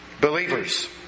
believers